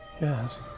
Yes